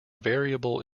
variable